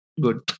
Good